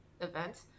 event